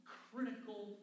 critical